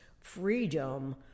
freedom